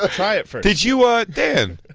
ah try it first. did you a. dan,